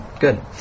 Good